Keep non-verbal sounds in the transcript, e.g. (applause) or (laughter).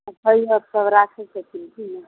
(unintelligible) सभ राखय छथिन की नहि